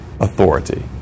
authority